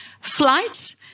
flight